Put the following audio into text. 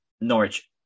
Norwich